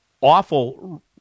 awful